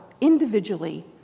individually